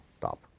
top